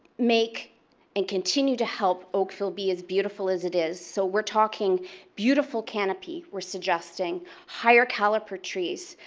make and continue to help oakville be as beautiful as it is. so we're talking beautiful canopy, we're suggesting higher caliber trees,